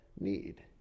need